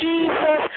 Jesus